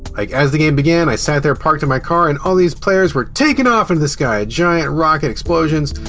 like, as the game began, i sat there parked in my car and all these players were taking off into the sky, giant rocket explosions,